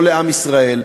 לא לעם ישראל,